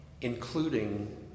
including